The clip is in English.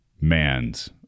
man's